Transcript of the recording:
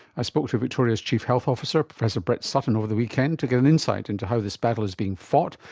i spoke to victoria's chief health officer professor brett sutton over the weekend to get an insight into how this battle is being fought,